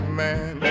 man